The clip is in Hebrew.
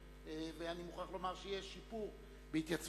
ואני מוכרח לומר שיש שיפור בהתייצבות,